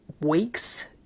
weeks